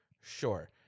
Sure